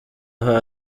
aho